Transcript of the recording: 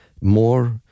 more